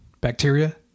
bacteria